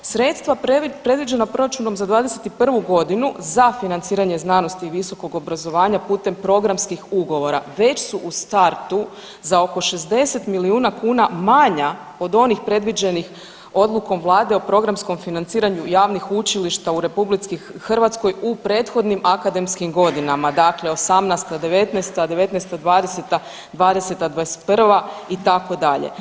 Sredstva predviđena proračunom za '21. g. za financiranje znanosti i visokog obrazovanja putem programskih ugovora već su u startu za oko 60 milijuna kuna manja od onih predviđenih odlukom Vlade o programskom financiranju javnih učilišta u RH u prethodnim akademskim godinama, dakle '18./'19., '19./'20., '20/'21., itd.